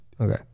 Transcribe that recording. Okay